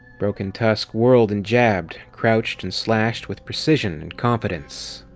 broken tusk whirled and jabbed, crouched and slashed with precision and confidence.